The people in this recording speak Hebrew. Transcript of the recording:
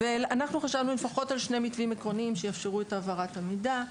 אנחנו חשבנו לפחות על שני מקרים עקרוניים שיאפשרו את העברת המידע.